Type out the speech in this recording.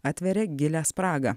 atveria gilią spragą